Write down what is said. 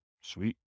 Sweet